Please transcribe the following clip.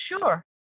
sure